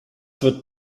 wird